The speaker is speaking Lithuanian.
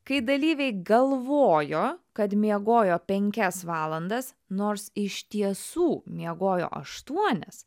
kai dalyviai galvojo kad miegojo penkias valandas nors iš tiesų miegojo aštuonias